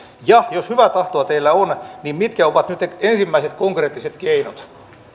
ja jos hyvää tahtoa teillä on niin mitkä ovat nyt ne ensimmäiset konkreettiset keinot